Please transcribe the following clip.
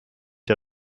der